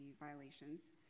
violations